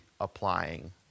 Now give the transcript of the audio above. applying